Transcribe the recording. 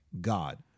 God